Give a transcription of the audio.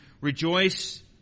rejoice